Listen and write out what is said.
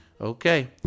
Okay